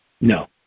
No